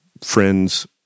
friends